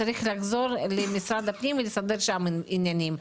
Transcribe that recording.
אתה צריך לחזור למשרד הפנים ולסדר שם עניינים,